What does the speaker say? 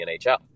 NHL